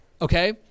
Okay